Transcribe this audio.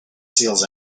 seals